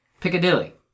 Piccadilly